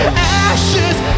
ashes